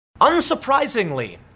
Unsurprisingly